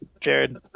Jared